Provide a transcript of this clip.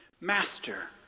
Master